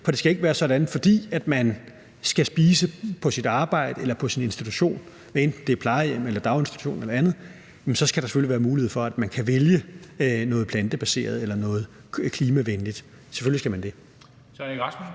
For det skal selvfølgelig være sådan, at hvis man skal spise på sit arbejde eller på sin institution, hvad enten det er plejehjem eller daginstitution eller andet, skal der være mulighed for, at man kan vælge noget plantebaseret eller klimavenligt. Selvfølgelig skal man kunne det.